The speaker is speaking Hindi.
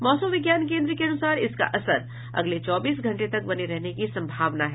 मौसम विज्ञान केन्द्र के अनुसार इसका असर अगले चौबीस घंटे तक बने रहने की संभावना है